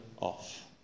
off